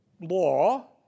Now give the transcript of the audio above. law